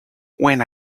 when